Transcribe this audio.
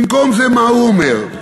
במקום זה מה הוא אומר?